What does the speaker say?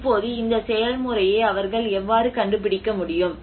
இப்போது இந்த செயல்முறையை அவர்கள் எவ்வாறு கண்டுபிடிக்க முடியும்